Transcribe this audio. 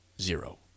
zero